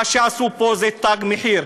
מה שעשו פה זה תג מחיר,